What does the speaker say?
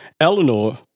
Eleanor